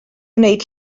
gwneud